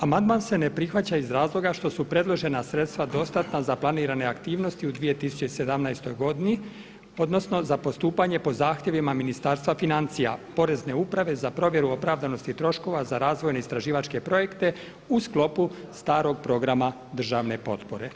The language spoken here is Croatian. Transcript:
Amandman se ne prihvaća iz razloga što su predložena sredstva dostatna za planirane aktivnosti u 2017. godini, odnosno za postupanje po zahtjevima Ministarstva financija, Porezne uprave za provjeru opravdanosti troškova za razvojne istraživačke projekte u sklopu starog programa državne potpore.